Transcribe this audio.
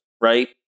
right